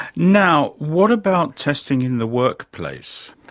now, what about testing in the workplace?